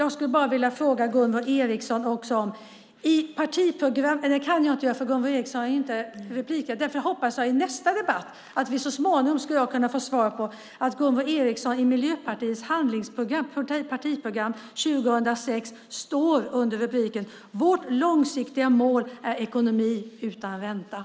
Jag kan inte fråga Gunvor Ericson nu eftersom hon inte har någon replikrätt, och därför hoppas jag att jag så småningom i nästa debatt ska få svar på om Gunvor Ericson står för meningen "Vårt långsiktiga mål är en ekonomi utan ränta" i Miljöpartiets partiprogram 2006.